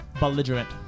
Belligerent